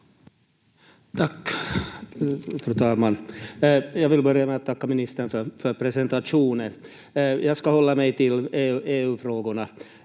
siis puhutaan